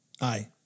Aye